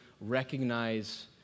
recognize